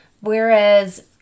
Whereas